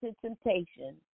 temptation